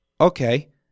Okay